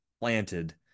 planted